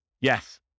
Yes